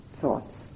thoughts